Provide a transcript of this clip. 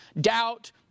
doubt